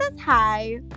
Hi